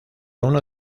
uno